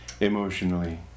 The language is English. Emotionally